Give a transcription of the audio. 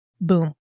Boom